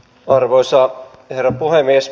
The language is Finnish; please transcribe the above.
arvoisa herra puhemies